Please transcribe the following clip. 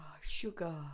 Sugar